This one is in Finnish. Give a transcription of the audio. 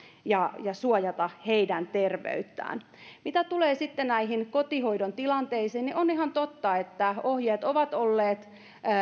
ja suojata heidän terveyttään mitä tulee sitten näihin kotihoidon tilanteisiin on ihan totta että ohjeet ovat olleet